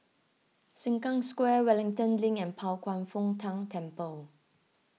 Sengkang Square Wellington Link and Pao Kwan Foh Tang Temple